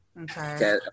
Okay